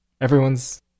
everyone's